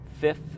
fifth